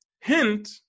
Hint